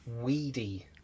weedy